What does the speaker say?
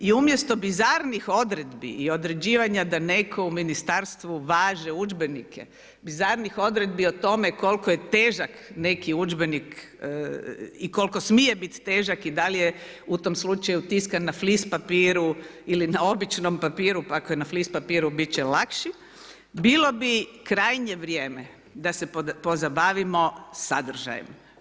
I umjesto bizarnih odredbi i određivanje da netko u ministarstvu važe udžbenike, bizarnih odredbi o tome koliko je težak neki udžbenik i koliko smije biti težak i da li je u tome slučaju tiskana na flis papiru ili na običnom papiru, pa ako je na flis papiru, biti će lakši, bilo bi krajnje vrijeme da se pozabavimo sadržajem.